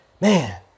man